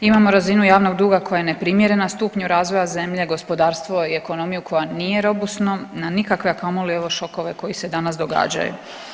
Imamo razinu javnog duga koja je neprimjerena stupnju razvoja zemlje, gospodarstvo i ekonomiju koja nije robusna na nikakve, a kamoli evo šokove koji se danas događaju.